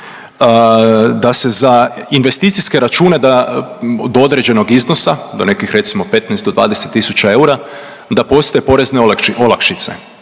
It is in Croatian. da se za investicijske račune do određenog iznosa, do nekih recimo 15 do 20 000 eura da postoje porezne olakšice.